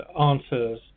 answers